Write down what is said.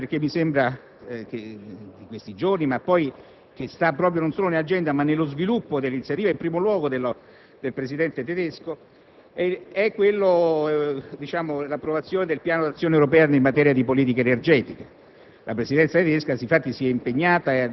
Un altro punto importante che vorrei sottolineare (mi sembra si stia discutendo in questi giorni non solo nell'agenda, ma nello sviluppo stesso dell'iniziativa, in primo luogo, del Presidente tedesco) è l'approvazione del Piano di azione europea in materia di politica energetica.